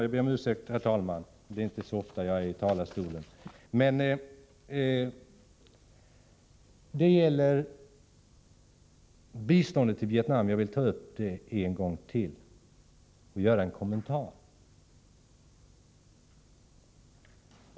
Herr talman, jag ber om ursäkt för att jag talar länge, men det är inte så ofta jag är i talarstolen. Jag vill ta upp biståndet till Vietnam en gång till.